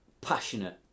passionate